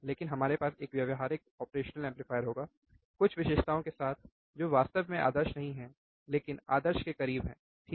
लेकिन हमारे पास एक व्यावहारिक ऑपरेशनल एंपलीफायर होगा कुछ विशेषताओं के साथ जो वास्तव में आदर्श नहीं हैं लेकिन आदर्श के करीब हैं ठीक